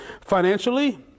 financially